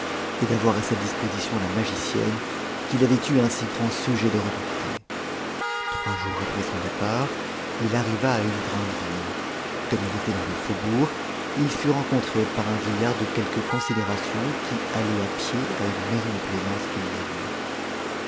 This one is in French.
et d'avoir à sa disposition la magicienne qu'il avait eu un si grand sujet de redouter trois jours après son départ il arriva à une grande ville comme il était dans le faubourg il fut rencontré par un vieillard de quelque con sidération qui allait à pied à une maison de plaisance qu'il y avait